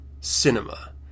Cinema